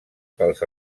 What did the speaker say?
pels